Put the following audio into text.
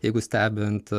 jeigu stebint